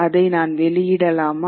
அதை நான் வெளியிடலாமா